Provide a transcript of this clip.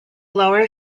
lower